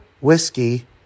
whiskey